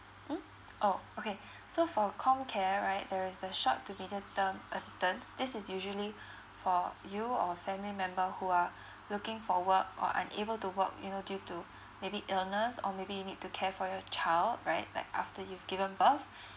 !huh! oh okay so for comcare right there is the short to medium term assistance this is usually for you or family member who are looking for work or aren't able to work you know due to maybe illness or maybe you need to care for your child right like after you've given birth